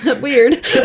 weird